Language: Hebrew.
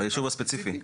הישוב הספציפי?